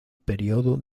periodo